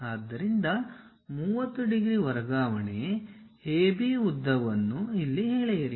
ಆದ್ದರಿಂದ 30 ಡಿಗ್ರಿ ವರ್ಗಾವಣೆ AB ಉದ್ದವನ್ನು ಇಲ್ಲಿ ಎಳೆಯಿರಿ